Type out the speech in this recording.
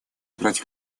играть